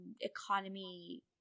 economy